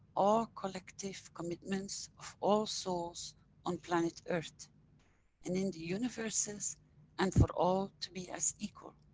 all collective commitments, of all souls on planet earth and in the universes and for all to be as equal.